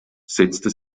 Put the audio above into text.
setzte